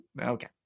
Okay